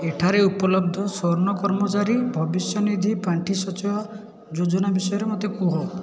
ଏଠାରେ ଉପଲବ୍ଧ ସ୍ଵର୍ଣ୍ଣ କର୍ମଚାରୀ ଭବିଷ୍ୟନିଧି ପାଣ୍ଠି ସଞ୍ଚୟ ଯୋଜନା ବିଷୟରେ ମୋତେ କୁହ